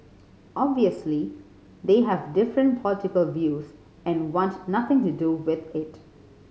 obviously they have different political views and want nothing to do with it